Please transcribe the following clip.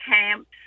camps